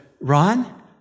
Ron